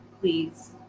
please